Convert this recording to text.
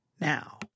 now